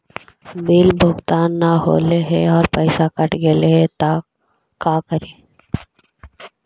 Bill भुगतान न हौले हे और पैसा कट गेलै त का करि?